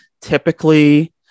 typically